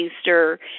Easter